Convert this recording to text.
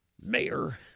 Mayor